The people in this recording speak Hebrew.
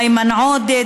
איימן עודה,